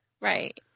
Right